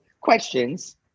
questions